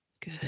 Good